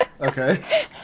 Okay